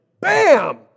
bam